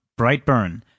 Brightburn